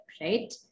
right